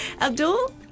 Abdul